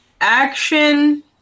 action